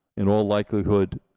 in all likelihood,